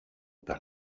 par